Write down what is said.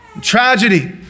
tragedy